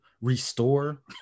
restore